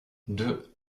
deux